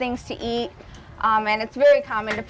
things to eat and it's very common to